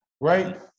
right